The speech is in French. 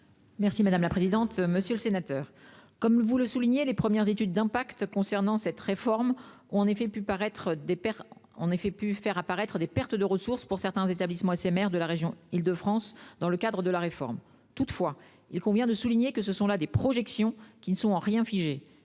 Mme la ministre déléguée. Monsieur le sénateur, comme vous le soulignez, les premières études d'impact concernant cette réforme ont pu faire apparaître des pertes de ressources pour certains établissements SMR de la région Île-de-France. Toutefois, il convient de souligner qu'il s'agit de projections qui ne sont en rien figées.